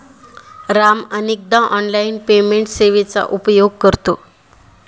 राम अनेकदा online payment सेवेचा उपयोग करतो